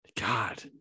God